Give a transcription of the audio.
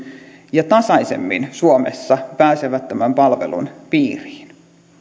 ja tasaisemmin suomessa pääsevät tämän palvelun piiriin